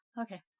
Okay